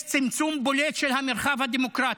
יש צמצום בולט של המרחב הדמוקרטי.